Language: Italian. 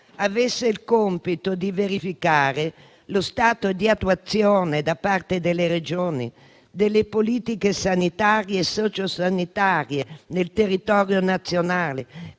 avesse il compito di verificare lo stato di attuazione da parte delle Regioni delle politiche sanitarie e sociosanitarie nel territorio nazionale,